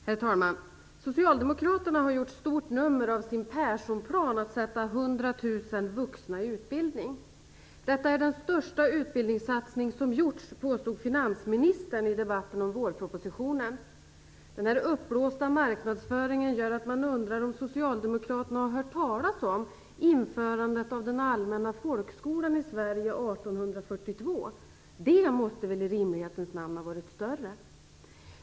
Herr talman! Socialdemokraterna har gjort stort nummer av sin "Perssonplan", att sätta 100 000 vuxna i utbildning. Detta är den största utbildningssatsning som gjorts, påstod finansministern i debatten om vårpropositionen. Den uppblåsta marknadsföringen gör att man undrar om socialdemokraterna har hört talas om införandet av den allmänna folkskolan i Sverige 1842. Det måste väl i rimlighetens namn ha varit större.